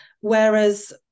whereas